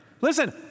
Listen